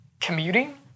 commuting